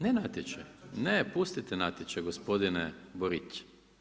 Ne natječaj, ne pustite natječaj gospodine Borić.